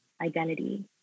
identity